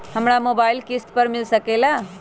हमरा मोबाइल किस्त पर मिल सकेला?